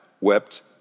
wept